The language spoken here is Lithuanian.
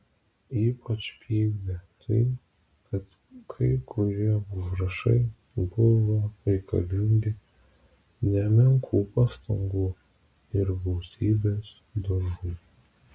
ypač pykdė tai kad kai kurie užrašai buvo reikalingi nemenkų pastangų ir gausybės dažų